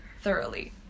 thoroughly